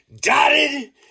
dotted